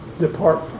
Depart